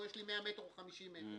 יש לי 100 או יש לי 50 מ'".